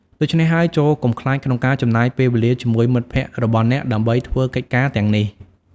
ដូច្នេះហើយ ចូរកុំខ្លាចក្នុងការចំណាយពេលវេលាជាមួយមិត្តភក្តិរបស់អ្នកដើម្បីធ្វើកិច្ចការទាំងនេះ។